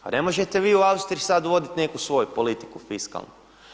Pa ne možete vi u Austriji sada voditi neku svoju politiku fiskalnu.